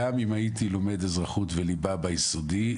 גם הייתי לומד אזרחות וליבה ביסודי,